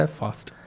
fast